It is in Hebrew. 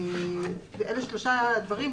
אלה שלושה דברים.